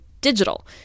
digital